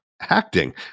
acting